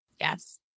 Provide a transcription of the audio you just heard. Yes